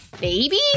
baby